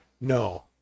no